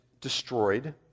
destroyed